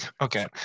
okay